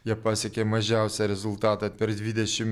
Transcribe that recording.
jie pasiekė mažiausią rezultatą per dvidešim